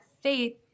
faith